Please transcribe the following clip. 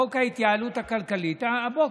חוק ההתייעלות הכלכלית, הבוקר,